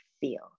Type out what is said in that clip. feel